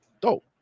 dope